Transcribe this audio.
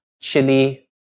chili